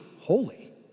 holy